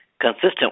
Consistent